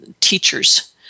teachers